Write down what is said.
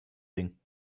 ding